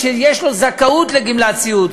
כשיש לו זכאות לגמלת סיעוד,